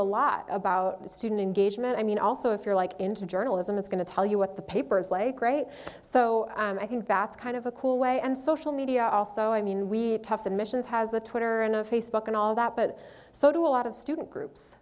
a lot about student engagement i mean also if you're like into journalism it's going to tell you what the papers like great so i think that's kind of a cool way and social media also i mean we have submissions has a twitter and facebook and all that but so do a lot of student groups